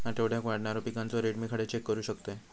आठवड्याक वाढणारो पिकांचो रेट मी खडे चेक करू शकतय?